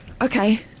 Okay